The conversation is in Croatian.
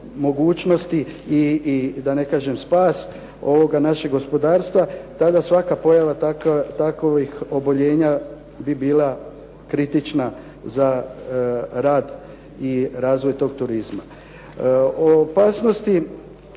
mogućnosti i da ne kažem spas našeg gospodarstva, tada svaka pojave takovih oboljenja bi bila kritična za rad i razvoj tog turizma. Opasnosti